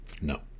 No